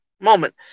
moment